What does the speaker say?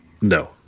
No